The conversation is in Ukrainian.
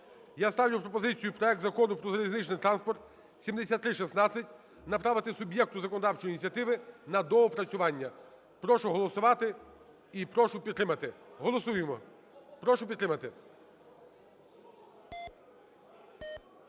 Я ставлю пропозицію проект Закону про залізничний транспорт (7316) направити суб'єкту законодавчої ініціативи на доопрацювання. Прошу голосувати і прошу підтримати. Голосуємо. Прошу підтримати.